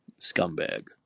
Scumbag